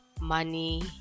money